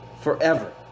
forever